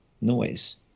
noise